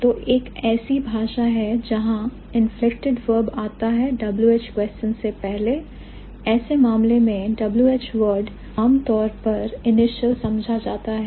तो एक ऐसी भाषा है जहां inflected verb आता है WH question से पहले ऐसे मामले में WH word आम तौर पर initial समझा जाता है